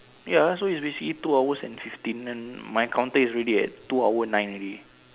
ya so it's basically two hours and fifteen and my counter is already at two hour nine already